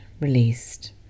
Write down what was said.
released